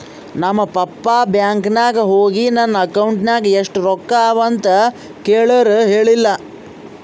ನಮ್ ಪಪ್ಪಾ ಬ್ಯಾಂಕ್ ನಾಗ್ ಹೋಗಿ ನನ್ ಅಕೌಂಟ್ ನಾಗ್ ಎಷ್ಟ ರೊಕ್ಕಾ ಅವಾ ಅಂತ್ ಕೇಳುರ್ ಹೇಳಿಲ್ಲ